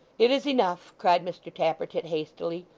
it is enough cried mr tappertit hastily,